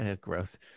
gross